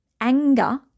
anger